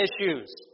issues